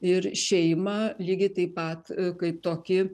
ir šeimą lygiai taip pat kaip tokį